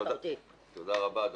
תודה רבה.